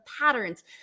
patterns